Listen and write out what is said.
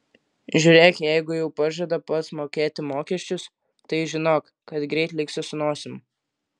žiūrėk jeigu jau pažada pats mokėti mokesčius tai žinok kad greit liksi su nosim